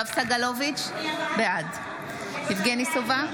יואב סגלוביץ' בעד יבגני סובה,